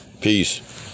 Peace